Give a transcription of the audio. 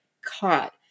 caught